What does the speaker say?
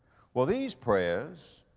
well, these prayers,